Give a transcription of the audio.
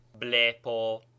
blepo